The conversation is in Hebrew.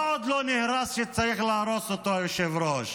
מה עוד לא נהרס שצריך להרוס אותו, היושב-ראש?